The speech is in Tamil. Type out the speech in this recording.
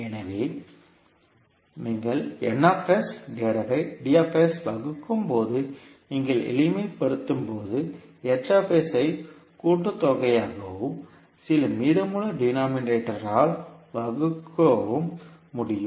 எனவே நீங்கள் வகுக்கும்போது நீங்கள் எளிமைப்படுத்தும்போது ஐ கூட்டுத்தொகையாகவும் சில மீதமுள்ள டிநோமிமேட்டர்ரால் வகுக்கவும் முடியும்